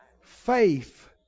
Faith